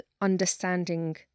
understanding